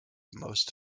most